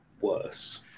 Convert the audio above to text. worse